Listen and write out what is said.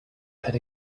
had